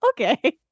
okay